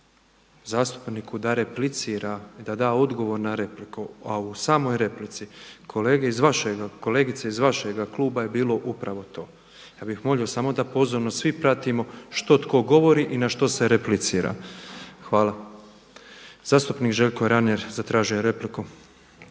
zastupniku da replicira i da da odgovor na repliku, a u samoj replici kolegice iz vašega kluba je bilo upravo to. Ja bih molio samo da pozorno svi pratimo što tko govori i na što se replicira. Hvala. Zastupnik Željko Reiner zatražio je repliku.